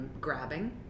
Grabbing